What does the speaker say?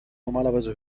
normalerweise